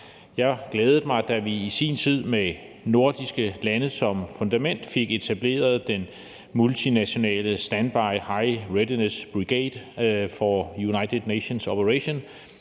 Jeg glædede mig, da vi i sin tid med de nordiske lande som fundament fik etableret den multinationale Standby High Readiness Brigade for United Nations Operations,